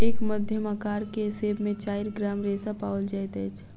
एक मध्यम अकार के सेब में चाइर ग्राम रेशा पाओल जाइत अछि